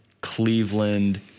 Cleveland